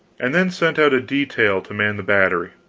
and then sent out a detail to man the battery,